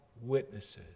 witnesses